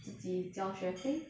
自己交学费